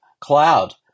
cloud